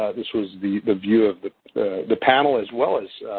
this was the the view of the the panel, as well as